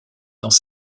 dans